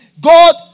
God